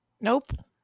nope